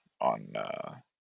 on